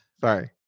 sorry